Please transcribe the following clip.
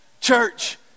church